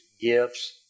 gifts